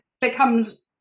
becomes